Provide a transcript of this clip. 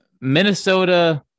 Minnesota